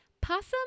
possum